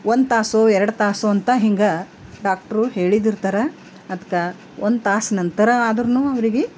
ಒಂದು ತಾಸು ಎರಡು ತಾಸು ಅಂತ ಹೀಗೆ ಡಾಕ್ಟ್ರು ಹೇಳಿದಿರ್ತರೆ ಅದಕ್ಕೆ ಒಂದು ತಾಸು ನಂತರ ಆದುರ್ನು ಅವ್ರಿಗೆ